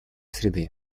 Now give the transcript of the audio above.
среды